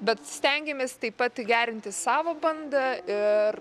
bet stengiamės taip pat gerinti savo bandą ir